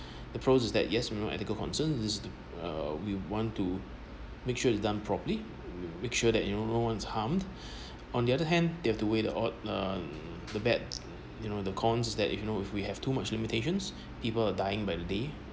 the pros is that yes you know ethical concerns is uh we want to make sure is done properly make sure that you know no one is harmed on the other hand they have to weigh the odd uh the bad you know the cons that if you know if we have too much limitations people are dying by the day